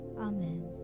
Amen